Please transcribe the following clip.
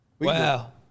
Wow